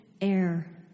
air